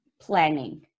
planning